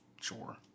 Sure